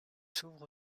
s’ouvrent